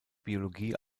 biologie